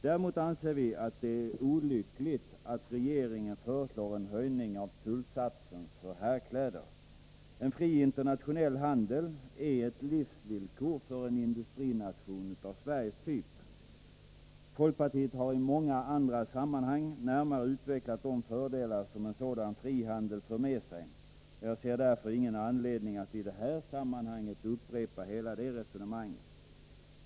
Däremot anser vi att det är olyckligt att regeringen föreslår en höjning av tullsatsen för herrkläder. En fri internationell handel är ett livsvillkor fören - Nr 32 industrination av Sveriges typ. Folkpartiet har i många andra sammanhang Torsdagen den närmare utvecklat de fördelar som en sådan frihandel för med sig, och jagser 24 november 1983 därför ingen anledning att nu upprepa hela det resonemanget.